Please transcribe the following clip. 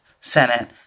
Senate